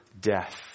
death